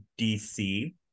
DC